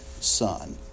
son